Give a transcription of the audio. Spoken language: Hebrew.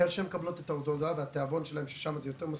איך שהן מקבלות את התעודה והתאבון שלהן ששמה זה יותר משכורת,